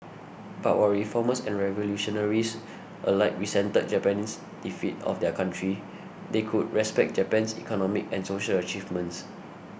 but while reformers and revolutionaries alike resented Japan's defeat of their country they could respect Japan's economic and social achievements